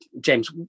James